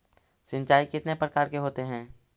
सिंचाई कितने प्रकार के होते हैं?